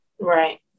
Right